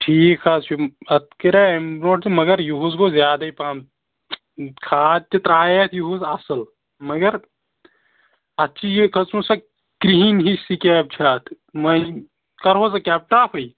ٹھیٖک حظ چھُ اَتھ کرے اَمہِ برٛونٛٹھ تہِ مگر یِہُس گوٚو زیادَے پَہم کھاد تہِ ترٛایے اَتھ یُہُس اَصٕل مگر اَتھ چھِ یہِ کھٔژمٕژ سۄ کِرٛہِنۍ ہِش سِکیب چھِ اَتھ وۄنۍ کَرٕہوسہٕ کیپٹاپٕے